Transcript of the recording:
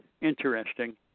interesting